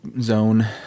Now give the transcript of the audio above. zone